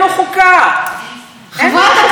חברת הכנסת יחימוביץ,